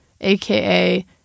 aka